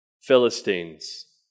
Philistines